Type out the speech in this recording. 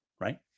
right